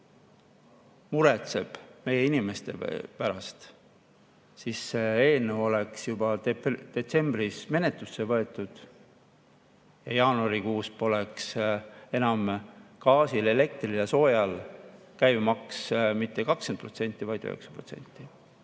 muretseks meie inimeste pärast, siis see eelnõu oleks juba detsembris menetlusse võetud ja jaanuarikuus poleks enam gaasil, elektril ja soojal käibemaks mitte 20%, vaid 9%.